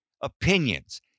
opinions